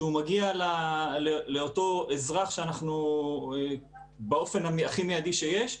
שהוא מגיע לאותו אזרח באופן הכי מיידי שיש.